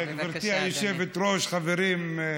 גברתי היושבת-ראש, חברים,